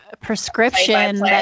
prescription